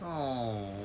oh